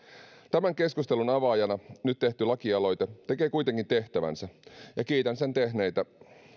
tämän keskustelun avaajana tekee nyt tehty lakialoite kuitenkin tehtävänsä ja kiitän sen tehneitä